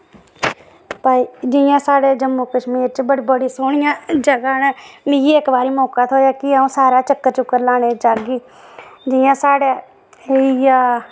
भाई जि'यां साढ़े जम्मू कशमीर च बड़ी बड़ी सोह्नियां जगहां न ते मिगी इक बारी मौका थ्होआ कि अ'ऊं इक बारी सारे चक्कर लाने गी जाह्गी जि'यां साढ़े एह् होई गेआ